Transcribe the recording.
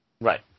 Right